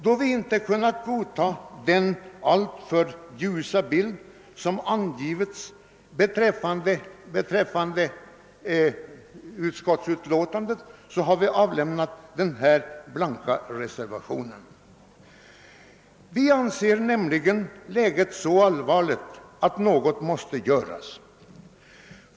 Då vi inte kunnat godta den alltför ljusa bild som målats upp i utskottets utlåtande, har vi avlämnat en blank reservation. Vi anser nämligen läget så allvarligt, att något måste göras.